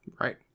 Right